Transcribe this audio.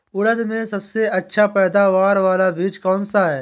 उड़द में सबसे अच्छा पैदावार वाला बीज कौन सा है?